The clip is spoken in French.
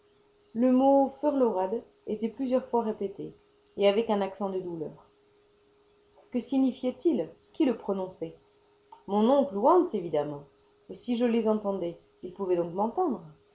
le mot frlorad était plusieurs fois répété et avec un accent de douleur que signifiait il qui le prononçait mon oncle ou hans évidemment mais si je les entendais ils pouvaient donc m'entendre